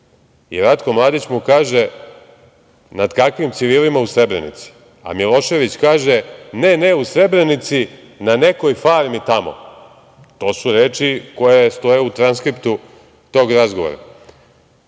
i Ratko Mladić mu kaže - nad kakvim civilima u Srebrenici, a Milošević kaže - ne, ne u Srebrenici, na nekoj farmi tamo. To su reči koje stoje u transkriptu tog razgovora.